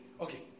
okay